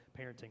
parenting